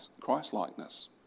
Christ-likeness